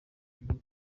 yegura